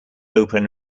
open